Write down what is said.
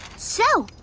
so.